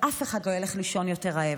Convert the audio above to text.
ואף אחד לא ילך לישון יותר רעב,